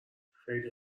خیلی